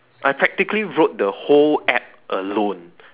I practically wrote the whole App alone